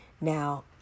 Now